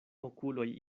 okuloj